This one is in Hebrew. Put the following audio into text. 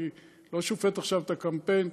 אני לא שופט עכשיו את הקמפיין.